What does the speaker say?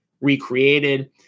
recreated